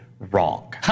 Wrong